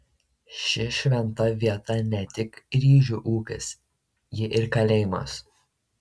ši šventa vieta ne tik ryžių ūkis ji ir kalėjimas